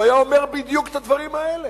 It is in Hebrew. והוא היה אומר בדיוק את הדברים האלה.